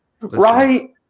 Right